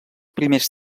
primers